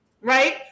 right